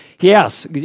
yes